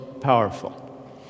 powerful